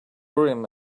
urim